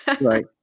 right